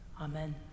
Amen